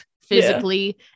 physically